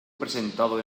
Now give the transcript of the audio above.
presentado